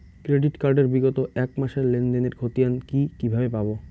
Credit card এর বিগত এক মাসের লেনদেন এর ক্ষতিয়ান কি কিভাবে পাব?